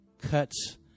cuts